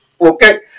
Okay